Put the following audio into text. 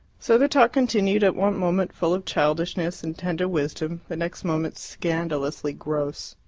so their talk continued, at one moment full of childishness and tender wisdom, the next moment scandalously gross.